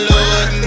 Lord